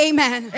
Amen